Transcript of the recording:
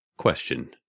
Question